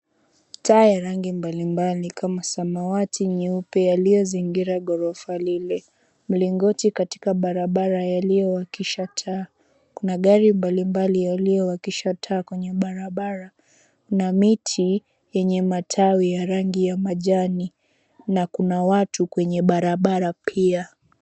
Taa ya rangi mbalimbali kama samawati nyeupe yaliyozingira gorofa lile. Mlingoti katika barabara yaliyowakisha taa. Kuna gari mbalimbali yaliyowakisha taa kwenye barabara na miti yenye matawi ya rangi ya majani na kuna watu kwenye barabara pia.